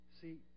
See